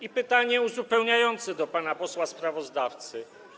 I pytanie uzupełniające do pana posła sprawozdawcy: